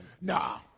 Nah